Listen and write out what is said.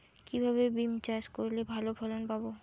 কিভাবে বিম চাষ করলে ভালো ফলন পাব?